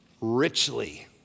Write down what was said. richly